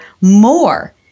more